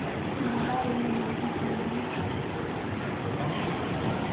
मोला ऋण मिलही की नहीं?